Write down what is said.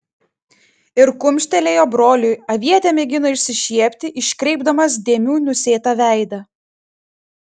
ir kumštelėjo broliui avietė mėgino išsišiepti iškreipdamas dėmių nusėtą veidą